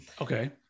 Okay